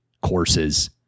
courses